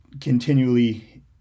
continually